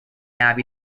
abbey